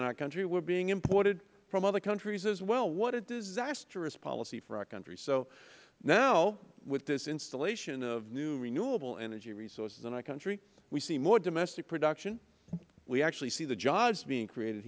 in our country were being imported from other countries as well what a disastrous policy for our country so now with this installation of new renewable energy resources in our country we see more domestic production we actually see the jobs being created